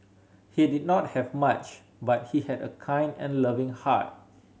he did not have much but he had a kind and loving heart